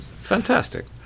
fantastic